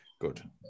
Good